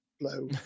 blow